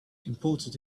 important